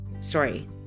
sorry